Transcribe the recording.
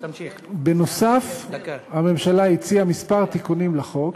בנוסף, הממשלה הציעה כמה תיקונים לחוק,